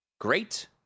Great